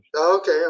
Okay